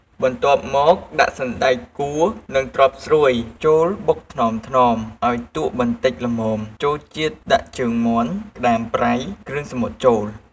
បន្ទាប់មក ដាក់សណ្ដែកកួរនិងត្រប់ស្រួយចូលបុកថ្នមៗឲ្យទក់បន្តិចល្មមចូលជាតិដាក់ជើងមាន់ ក្ដាមប្រៃ គ្រឿងសមុទ្រចូល។